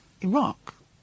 Iraq